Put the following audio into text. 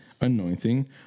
anointing